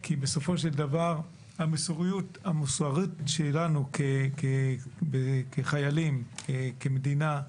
כי בסופו של דבר המוסריות שלנו כחיילים, כמדינה,